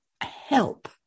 help